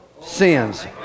sins